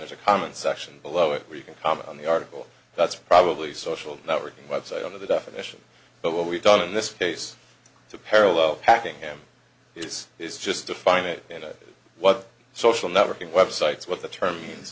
there's a comment section below it where you can comment on the article that's probably social networking website under the definition but what we've done in this case to parallel hacking him is is just define it you know what social networking websites what the term